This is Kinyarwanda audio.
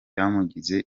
byamugize